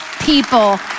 people